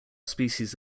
species